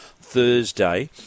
Thursday